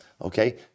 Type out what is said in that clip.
okay